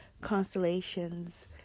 constellations